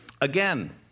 Again